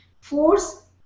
force